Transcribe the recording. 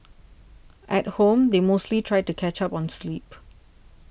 at home they mostly try to catch up on sleep